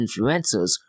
influencers